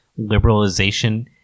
liberalization